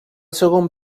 segon